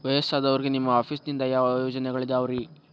ವಯಸ್ಸಾದವರಿಗೆ ನಿಮ್ಮ ಆಫೇಸ್ ನಿಂದ ಯಾವ ಯೋಜನೆಗಳಿದಾವ್ರಿ?